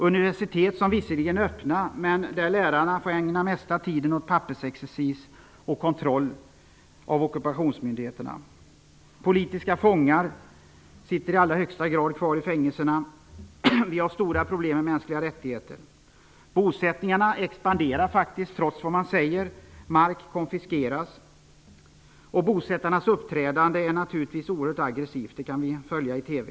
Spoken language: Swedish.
Universiteten är visserliga öppna, men lärarna får ägna den mesta tiden åt pappersexercis och kontroll från ockupationsmyndigheterna. Politiska fångar sitter i allra högsta grad kvar i fängelserna. Problemen med de mänskliga rättigheterna är stora. Bosättningarna expanderar faktiskt trots vad som sägs. Mark konfiskeras och bosättarnas uppträdande är naturligtvis oerhört aggressivt. Det kan vi följa i TV.